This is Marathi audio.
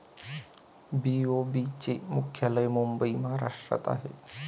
बी.ओ.बी चे मुख्यालय मुंबई महाराष्ट्रात आहे